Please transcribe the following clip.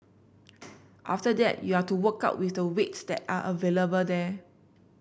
after that you're to work out with the weights that are available there